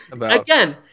Again